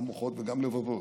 גם מוחות וגם לבבות,